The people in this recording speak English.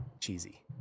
cheesy